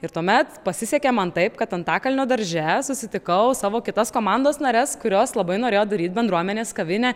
ir tuomet pasisekė man taip kad antakalnio darže susitikau savo kitas komandos nares kurios labai norėjo daryt bendruomenės kavinę